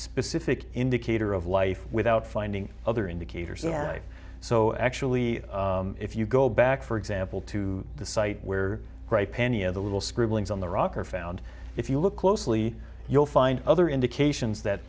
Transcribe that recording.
specific indicator of life without finding other indicators so actually if you go back for example to the site where any of the little scribblings on the rock are found if you look closely you'll find other indications that